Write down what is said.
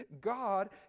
God